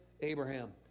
Abraham